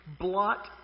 blot